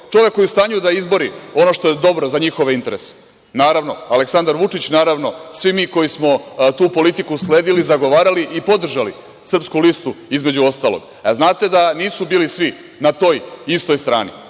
čovek koji je u stanju da izbori ono što je dobro za njihove interese. Naravno, Aleksandar Vučić, naravno, svi mi koji smo tu politiku sledili, zagovarali i podržali Srpsku listu, između ostalog. Znate li da nisu bili svi na toj istoj strani?